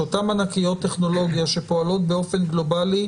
שאותן ענקיות טכנולוגיה שפועלות באופן גלובלי,